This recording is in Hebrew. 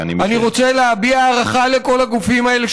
אני רוצה להביע הערכה לכל הגופים האלה,